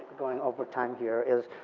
going over time here is,